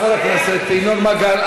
חבר הכנסת ינון מגל,